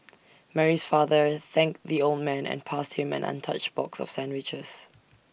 Mary's father thanked the old man and passed him an untouched box of sandwiches